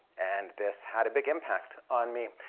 and this had a big impact on me.